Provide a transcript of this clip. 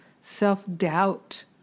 self-doubt